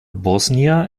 bosnia